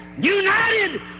united